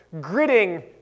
gritting